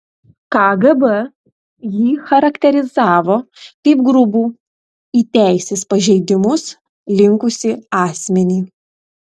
kgb jį charakterizavo kaip grubų į teisės pažeidimus linkusį asmenį